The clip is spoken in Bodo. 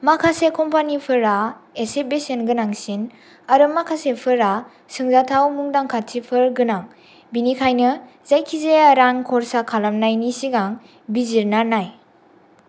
माखासे कम्पानिफोरा एसे बेसेन गोनांसिन आरो माखासेफोरा सोंजाथाव मुदांखाथिफोर गोनां बिनिथाखायनि जायखिजाया रां खरसा खालामनायनि सिगां बिजिरना नाय